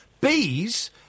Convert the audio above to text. Bees